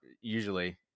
usually